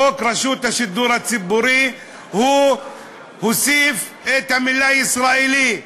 בחוק רשות השידור הציבורי הוא הוסיף את המילה "ישראלי".